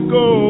go